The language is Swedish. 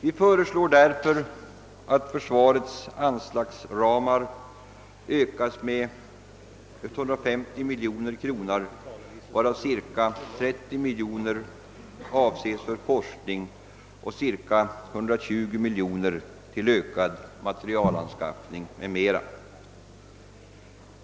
Vi föreslår därför att försvarets anslagsram ökas med 150 miljoner kronor, varav cirka 30 miljoner avses för forskning och cirka 120 miljoner för ökad materielanskaffning mm; Mm.